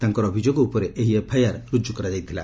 ତାଙ୍କର ଅଭିଯୋଗ ଉପରେ ଏହି ଏଫ୍ଆଇଆର୍ ରୁଜୁ କରାଯାଇଥିଲା